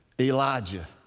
Elijah